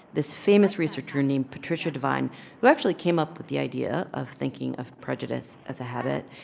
this famous researcher named patricia devine who actually came up with the idea of thinking of prejudice as a habit,